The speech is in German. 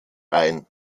ein